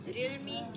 Realme